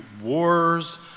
wars